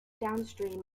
downstream